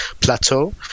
plateau